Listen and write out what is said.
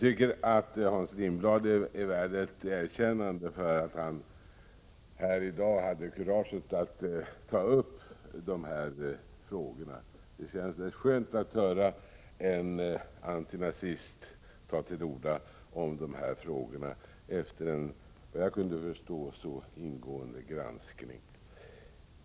Herr talman! Hans Lindblad är värd ett erkännande för att han här i dag hade kurage att ta upp dessa frågor. Det känns rätt skönt att höra en antinazist ta till orda om detta efter, vad jag kunde förstå, en så ingående granskning.